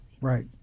Right